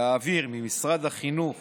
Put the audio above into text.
להעביר ממשרד החינוך